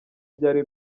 byari